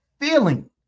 feeling